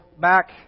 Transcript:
back